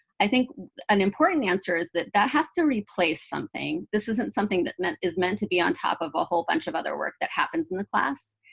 i think an important answer is that that has to replace something. this isn't something that is meant to be on top of a whole bunch of other work that happens in the class.